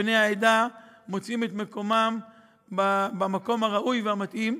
בני העדה מוצאים את מקומם הראוי והמתאים,